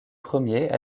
premiers